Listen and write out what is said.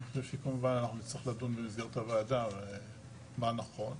אני חושב שכמובן נצטרך לדון במסגרת הוועדה מה נכון,